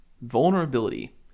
Vulnerability